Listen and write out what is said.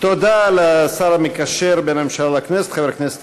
תודה לשר המקשר בין הממשלה לכנסת חבר הכנסת